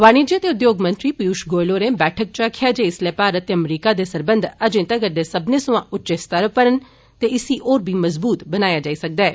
वाणिज्य ते उद्योग मंत्री पीयूष गोयल होरें बैठक च आक्खेया जे इस्सलै भारत ते अमरीका दे संबंध अर्जे तगर दे सब्बने सवां उच्चे स्तर उप्पर न ते इस्सी होर बी मजबूत बनाया जाई सकदा ऐ